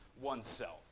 oneself